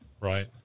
Right